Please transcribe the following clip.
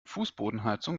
fußbodenheizung